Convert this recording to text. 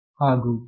ಹಾಗು ಬ್ಲೂ ಟೂತ್3